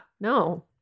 No